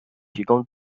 提供